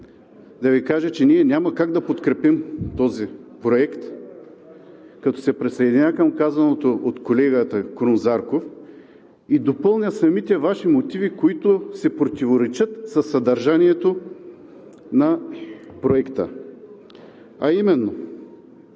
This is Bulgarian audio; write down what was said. да Ви кажа, че ние няма как да подкрепим този проект, като се присъединя към казаното от колегата Крум Зарков и допълня – самите Ваши мотиви, които си противоречат със съдържанието на Проекта, а именно: